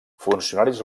funcionaris